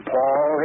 Paul